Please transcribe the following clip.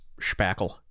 Spackle